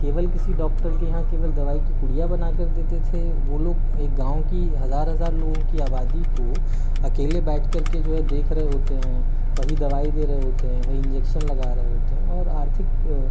केवल किसी डॉक्टर के यहाँ केवल दवाई की पुड़िया बना कर देते है वो लोग एक गाँव की हजार हजार लोगों की आबादी को अकेले बैठ कर के जो देख रहे होते है वहीँ दवाई दे रहे होते हैं वहीं इन्जेक्शन लगा रहे होते हैं और आर्थिक